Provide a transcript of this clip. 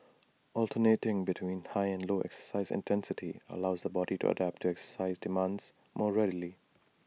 alternating between high and low exercise intensity allows the body to adapt to exercise demands more readily